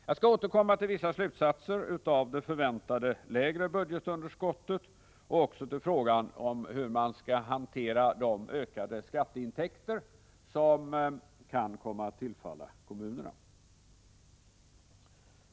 Jag skall återkomma till vissa slutsatser av det förväntade lägre budgetunderskottet och också till frågan om hur man skall hantera de ökade skatteintäkter som kan komma att tillfalla kommunerna.